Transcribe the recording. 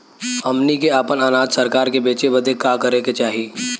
हमनी के आपन अनाज सरकार के बेचे बदे का करे के चाही?